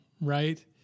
right